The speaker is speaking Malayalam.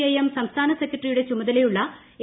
ഐ എം സംസ്ഥാന സെക്രട്ടറിയുടെ ചുമതലയുള്ള എ